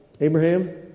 Abraham